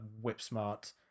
whip-smart